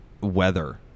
weather